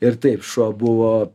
ir taip šuo buvo